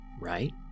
right